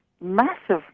massive